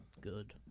Good